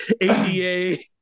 ADA